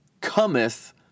cometh